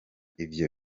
ivyo